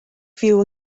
fyw